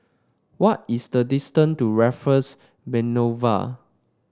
what is the distance to Raffles Boulevard